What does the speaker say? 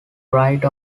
write